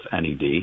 Ned